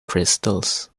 crystals